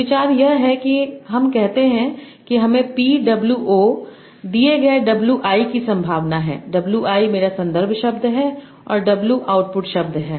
तो विचार यह है कि हम कहते हैं कि हमें P Wo दिए गए WI की संभावना है WI मेरा संदर्भ शब्द है और W आउटपुट शब्द है